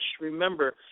Remember